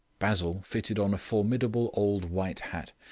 basil fitted on a formidable old white hat.